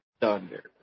Thunder